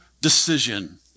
decision